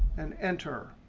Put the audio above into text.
and enter.